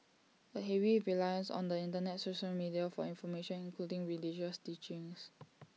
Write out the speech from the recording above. A heavy reliance on the Internet social media for information including religious teachings